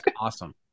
awesome